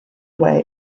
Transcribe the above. way